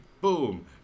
Boom